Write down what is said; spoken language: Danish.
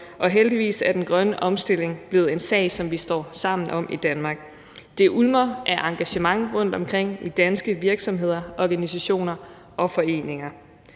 og heldigvis er den grønne omstilling blevet en sag, som vi står sammen om i Danmark. Det ulmer af engagement rundtomkring i danske virksomheder, organisationer og foreninger.